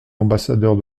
ambassadeur